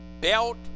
belt